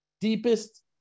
deepest